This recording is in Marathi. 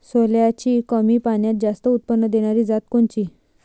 सोल्याची कमी पान्यात जास्त उत्पन्न देनारी जात कोनची?